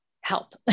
help